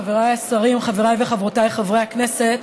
חבריי השרים, חבריי וחברותיי חברי הכנסת,